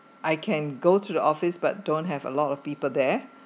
I can go to the office but don't have a lot of people there